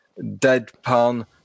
deadpan